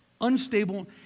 unstable